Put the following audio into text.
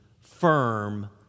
firm